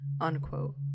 Unquote